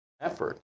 effort